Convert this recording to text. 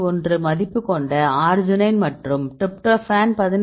1 மதிப்பு கொண்ட அர்ஜினைன் மற்றும் டிரிப்டோபன் 17